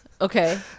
okay